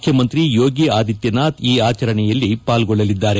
ಮುಖ್ಯಮಂತ್ರಿ ಯೋಗಿ ಆದಿತ್ಯನಾಥ್ ಈ ಆಚರಷೆಯಲ್ಲಿ ಪಾಲ್ಗೊಳ್ಳಲಿದ್ದಾರೆ